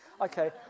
okay